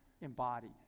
embodied